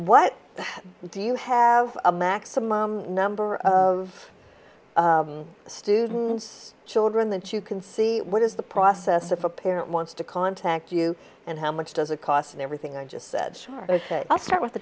what do you have a maximum number of students children that you can see what is the process if a parent wants to contact you and how much does it cost and everything i just said sure ok i'll start with the